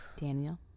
Daniel